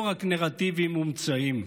לא רק נרטיבים מומצאים.